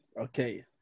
Okay